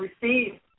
received